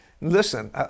Listen